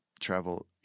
travel